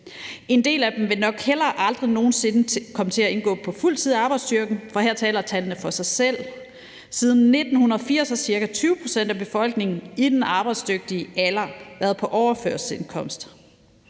En del af dem vil nok heller aldrig nogen sinde komme til at indgå på fuld tid i arbejdsstyrken, for her taler tallene for sig selv. Siden 1980 har ca. 20 pct. af befolkningen i den arbejdsdygtige alder været på overførselsindkomst.